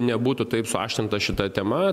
nebūtų taip suaštrinta šita tema